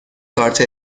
کارت